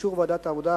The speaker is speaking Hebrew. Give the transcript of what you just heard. באישור ועדת העבודה,